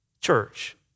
Church